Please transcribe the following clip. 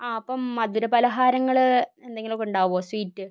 ആ അപ്പം മധുരപലഹാരങ്ങള് എന്തെങ്കിലും ഒക്കെ ഉണ്ടാകുമോ സ്വീറ്റ്